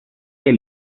del